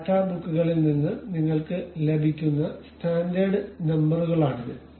data ബുക്കുകളിൽ നിന്ന് നിങ്ങൾക്ക് ലഭിക്കുന്ന സ്റ്റാൻഡേർഡ് നമ്പറുകളാണിത്